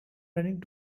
running